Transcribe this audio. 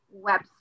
website